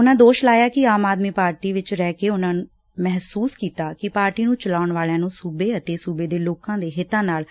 ਉਨੂਾਂ ਦੋਸ਼ ਲਾਇਆ ਕਿ ਆਮ ਆਦਮੀ ਪਾਰਟੀ ਵਿਚ ਰਹਿ ਕੇ ਉਨੂਾਂ ਮਹਿਸੂਸ ਕੀਤਾ ਕਿ ਪਾਰਟੀ ਨੂੰ ਚਲਾਉਣ ਵਾਲਿਆਂ ਨੂੰ ਸੁਬੇ ਅਤੇ ਸੁਬੇ ਦੇ ਲੋਕਾਂ ਦੇ ਹਿੱਤਾਂ ਨਾਲ